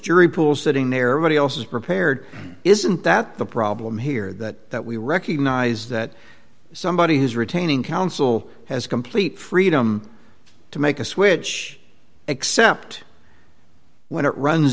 jury pool sitting there ready else is prepared isn't that the problem here that that we recognize that somebody has retaining counsel has complete freedom to make a switch except when it runs